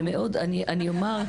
אני אומר,